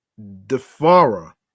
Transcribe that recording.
Defara